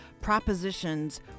propositions